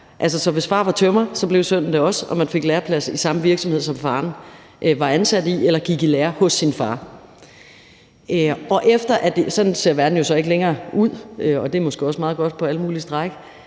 at hvis en far var tømrer, blev sønnen det også, og man fik en læreplads i den samme virksomhed, som faren var ansat i, eller man gik i lære hos sin far. Sådan ser verden jo så ikke længere ud – og det er måske også meget godt på alle mulige stræk